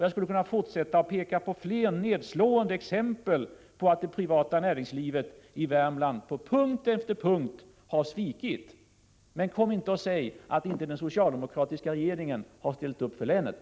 Jag skulle kunna fortsätta och peka på flera nedslående exempel på hur det privata näringslivet i Värmland punkt efter punkt har svikit länet. Men kom inte och säg att inte den socialdemokratiska regeringen har ställt upp för länet!